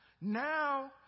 Now